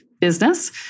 business